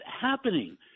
happening